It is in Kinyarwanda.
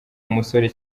umusore